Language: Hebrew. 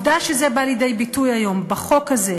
העובדה שזה בא לידי ביטוי היום בחוק הזה,